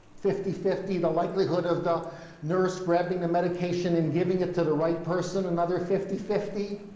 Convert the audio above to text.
fifty fifty. the likelihood of the nurse grabbing the medication and giving it to the right person, another fifty fifty.